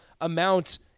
amount